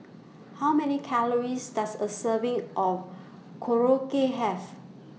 How Many Calories Does A Serving of Korokke Have